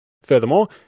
Furthermore